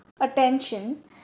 attention